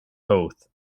oath